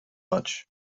much